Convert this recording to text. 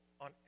on